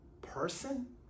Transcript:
person